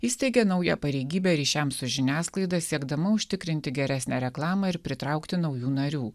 įsteigė naują pareigybę ryšiams su žiniasklaida siekdama užtikrinti geresnę reklamą ir pritraukti naujų narių